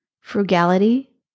frugality